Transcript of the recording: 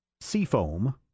seafoam